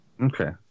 okay